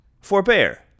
Forbear